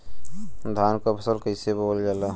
धान क फसल कईसे बोवल जाला?